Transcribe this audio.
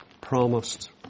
promised